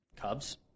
Cubs